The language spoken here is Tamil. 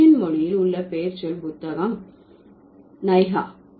ரஷியன் மொழியில் உள்ள பெயர்ச்சொல் புத்தகம் நைகா